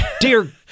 dear